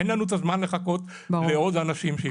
אין לנו את הזמן לחכות לעוד אנשים שייפגעו.